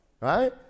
Right